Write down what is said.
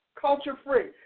Culture-free